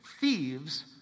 thieves